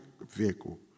vehicle